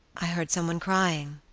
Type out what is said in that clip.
i heard someone crying